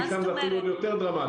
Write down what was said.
כי שם זה אפילו עוד יותר דרמטי.